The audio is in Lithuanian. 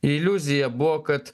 iliuzija buvo kad